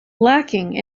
lacking